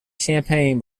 champagne